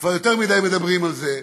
כבר יותר מדי מדברים על זה,